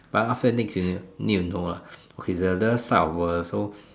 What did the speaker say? but after next you need need to know ah okay the other side of world so